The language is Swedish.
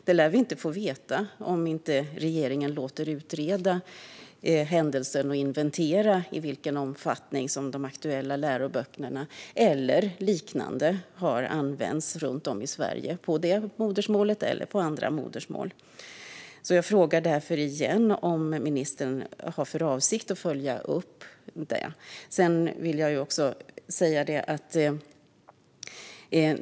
Det lär vi inte få veta om regeringen inte låter utreda händelsen och inventera i vilken omfattning som de aktuella läroböckerna eller liknande har använts runt om i Sverige, på det modersmålet eller på andra modersmål. Jag frågar därför igen om ministern har för avsikt att följa upp frågan.